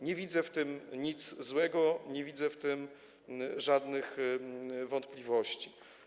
Nie widzę w tym nic złego, nie widzę co do tego żadnych wątpliwości.